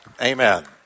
Amen